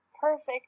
perfect